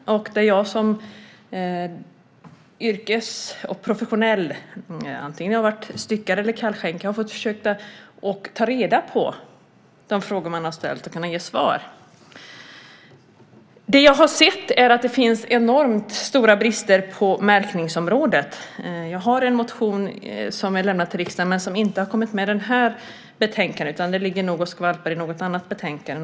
Jag har som yrkesprofessionell, antingen jag har varit styckare eller kallskänka, försökt att ta reda på svaren på de frågor man har ställt. Det jag har sett är att det finns enormt stora brister på märkningsområdet. Jag har en motion som är lämnad till riksdagen men som inte har kommit med i det här betänkandet, utan den ligger nog och skvalpar i något annat betänkande.